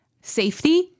safety